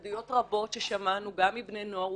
עדויות רבות ששמענו גם מבני נוער,